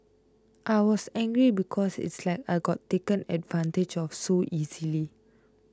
I was angry because it's like I got taken advantage of so easily